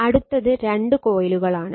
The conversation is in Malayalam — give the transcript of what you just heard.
അടുത്തത് 2 കോയിലുകൾ ആണ്